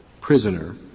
prisoner